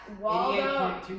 Waldo